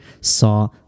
saw